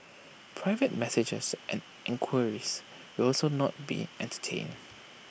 private messages and enquiries will also not be entertained